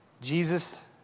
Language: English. Jesus